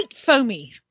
foamy